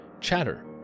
Chatter